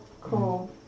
Cool